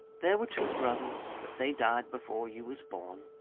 there were two brothers, but they died before you was born.